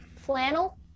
flannel